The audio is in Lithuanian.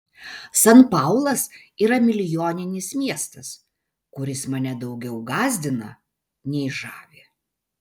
san paulas yra milijoninis miestas kuris mane daugiau gąsdina nei žavi